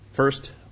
First